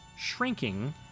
shrinking